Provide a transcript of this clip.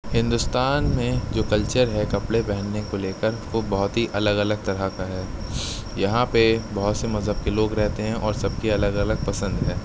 ہندوستان میں جو کلچر ہے کپڑے پہننے کو لے کر وہ بہت ہی الگ الگ طرح کا ہے یہاں پہ بہت سے مذہب کے لوگ رہتے ہیں اور سب کے الگ لگ پسند ہیں